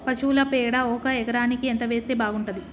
పశువుల పేడ ఒక ఎకరానికి ఎంత వేస్తే బాగుంటది?